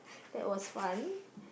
that was one